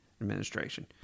administration